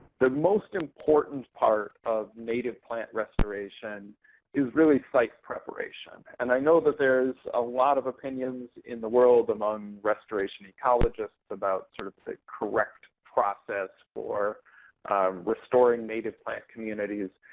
the most important part of native plant restoration is really site preparation and i know that there's a lot of opinions in the world among restoration ecologists about sort of the correct process for restoring native plant communities.